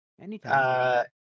Anytime